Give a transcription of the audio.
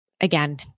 again